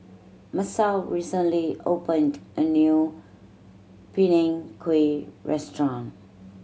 Masao recently opened a new Png Kueh restaurant